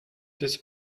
this